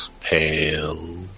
pale